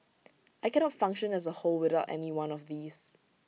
I cannot function as A whole without any one of these